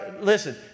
Listen